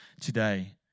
today